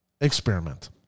Experiment